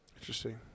Interesting